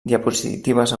diapositives